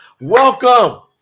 Welcome